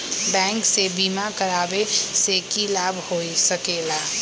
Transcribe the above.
Bank से बिमा करावे से की लाभ होई सकेला?